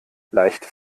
leicht